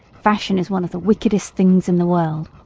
fashion is one of the wickedest things in the world.